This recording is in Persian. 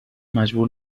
مجبور